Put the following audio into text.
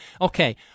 Okay